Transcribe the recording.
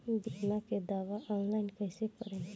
बीमा के दावा ऑनलाइन कैसे करेम?